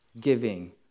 giving